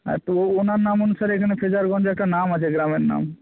হ্যাঁ তো ওনার নাম অনুসারে এখানে ফ্রেজারগঞ্জ একটা নাম আছে গ্রামের নাম